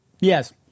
Yes